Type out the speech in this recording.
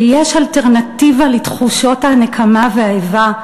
שיש אלטרנטיבה לתחושות הנקמה והאיבה,